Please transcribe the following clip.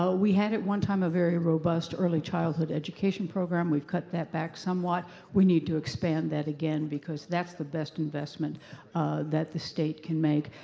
so we had at one time a very robust early child hood education program. we've cut that back somewhat and we need to expand that again because that's the best investment that the state can make.